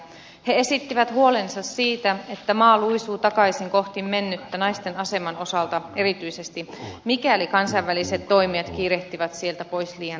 he esittivät huolensa siitä että maa luisuu takaisin kohti mennyttä naisten aseman osalta erityisesti mikäli kansainväliset toimijat kiirehtivät sieltä pois liian ripeästi